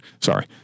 Sorry